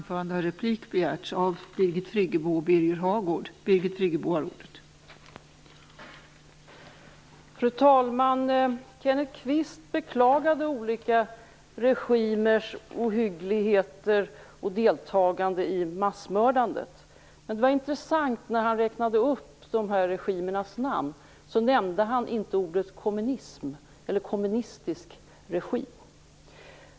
Fru talman! Kenneth Kvist beklagade olika regimers ohyggligheter och deltagande i massmördande. Men det intressanta var att han när han räknade upp dessa regimers namn inte nämnde orden kommunism eller kommunistisk regim.